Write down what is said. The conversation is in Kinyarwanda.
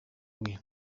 bwe